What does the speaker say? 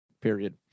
period